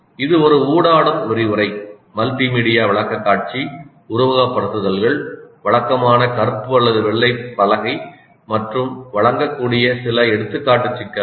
இது ஒரு ஊடாடும் விரிவுரை மல்டிமீடியா விளக்கக்காட்சி உருவகப்படுத்துதல்கள் வழக்கமான கருப்பு அல்லது வெள்ளை பலகை மற்றும் வழங்கக்கூடிய சில எடுத்துக்காட்டு சிக்கல்கள்